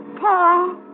Paul